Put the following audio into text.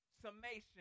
summation